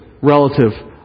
relative